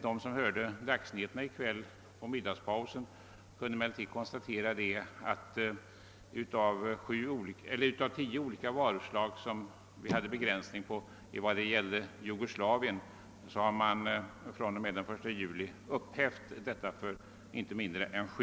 De som hörde nyhetsutsändningen under middagspausen kunde emellertid konstatera att den begränsning av importen av tio olika varuslag från Jugoslavien som vi tidigare har haft upphävs fr.o.m. den 1 juli för inte mindre än sju.